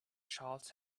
charles